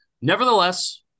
nevertheless